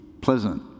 pleasant